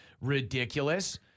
ridiculous